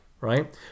right